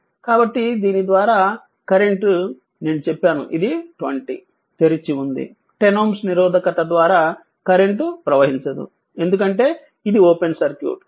కాబట్టి దీని ద్వారా కరెంట్ నేను చెప్పాను ఇది 20 తెరిచి ఉంది 10Ω నిరోధకత ద్వారా కరెంట్ ప్రవహించదు ఎందుకంటే ఇది ఓపెన్ సర్క్యూట్